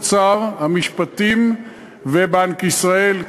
האוצר והמשפטים ובנק ישראל,